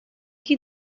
qui